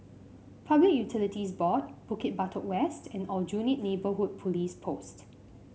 Public Utilities Board Bukit Batok West and Aljunied Neighbourhood Police Post